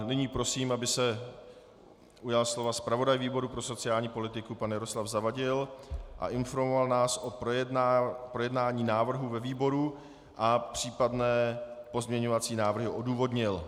Nyní prosím, aby se ujal slova zpravodaj výboru pro sociální politiku pan Jaroslav Zavadil a informoval nás o projednání návrhu ve výboru a případné pozměňovací návrhy odůvodnil.